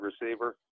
receiver